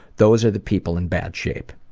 those are the people in bad shape.